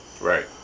Right